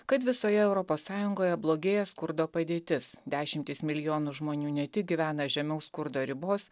kad visoje europos sąjungoje blogėja skurdo padėtis dešimtys milijonų žmonių ne tik gyvena žemiau skurdo ribos